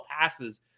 passes